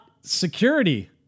security